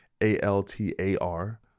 A-L-T-A-R